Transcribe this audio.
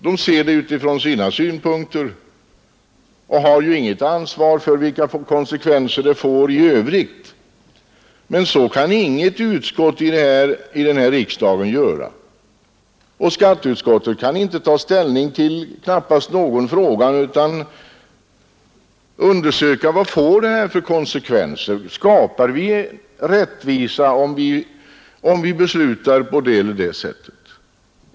De ser det utifrån sina utgångspunkter och har inget ansvar för vilka konsekvenser ett beslut får i övrigt. Men så kan inget utskott här i riksdagen göra. Skatteutskottet kan knappast ta ställning till någon fråga utan att undersöka vad det får för konsekvenser. Skapar vi rättvisa om vi beslutar på det eller det sättet?